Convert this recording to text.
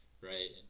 right